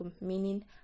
meaning